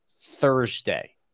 Thursday